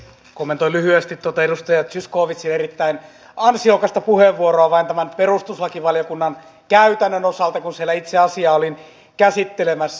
kommentoin lyhyesti edustaja zyskowiczin erittäin ansiokasta puheenvuoroa vain perustuslakivaliokunnan käytännön osalta kun siellä itse asiaa olin käsittelemässä